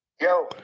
Yo